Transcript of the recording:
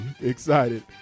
excited